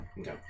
Okay